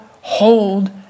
hold